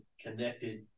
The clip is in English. connected